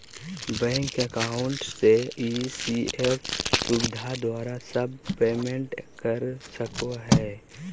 bank account से ECS सुविधा द्वारा सब पेमेंट कर सको हइ